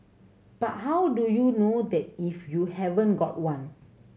but how do you know that if you haven't got one